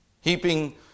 Heaping